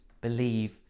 believe